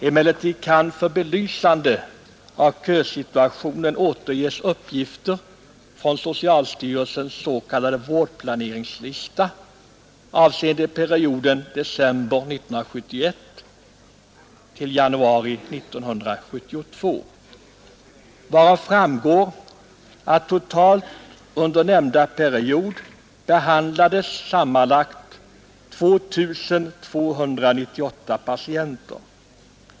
Emellertid kan för belysande av kösituationen återges uppgifter från socialstyrelsens s.k. vårdplaneringslista avseende perioden december 1971 — januari 1972, varav framgår att totalt under perioden behandlades sammanlagt 2 298 patienter.